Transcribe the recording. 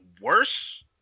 worse